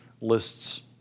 lists